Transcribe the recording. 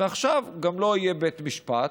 ועכשיו גם לא יהיה בית משפט,